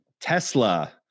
Tesla